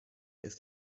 ist